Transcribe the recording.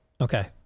Okay